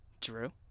Drew